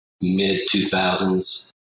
mid-2000s